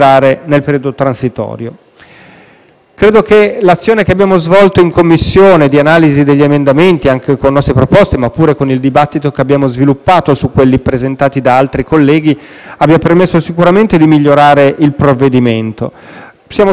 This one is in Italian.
Credo che l'azione che abbiamo svolto in Commissione di analisi degli emendamenti, anche con nostre proposte così come con il dibattito che abbiamo sviluppato su quelli presentati da altri colleghi, abbia permesso sicuramente di migliorare il provvedimento. Siamo soddisfatti del fatto che